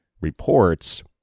reports